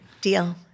Deal